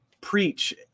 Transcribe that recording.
preach